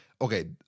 Okay